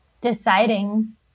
deciding